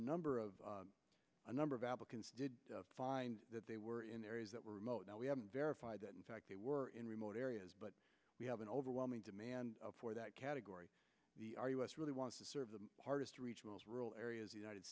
number of a number of applicants find that they were in areas that were remote that we haven't verified that in fact they were in remote areas but we have an overwhelming demand for that category us really wants to serve the hardest rural areas the united